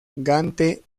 gante